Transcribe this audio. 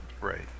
Right